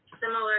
Similar